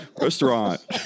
restaurant